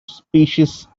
species